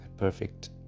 perfect